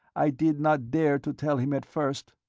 i did not dare to tell him at first.